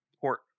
port